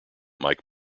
mike